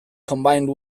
combined